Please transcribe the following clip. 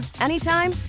anytime